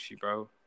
bro